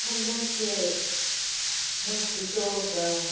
ꯍꯟꯗꯛꯁꯦ ꯃꯣꯁꯀꯤꯇꯣꯒ